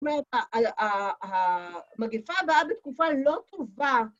‫זאת אומרת, המגפה באה ‫בתקופה לא טובה.